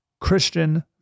Christian